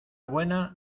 buena